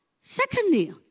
Secondly